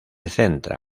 centra